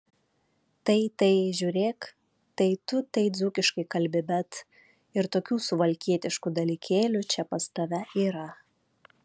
tai tai žiūrėk tai tu tai dzūkiškai kalbi bet ir tokių suvalkietiškų dalykėlių čia pas tave yra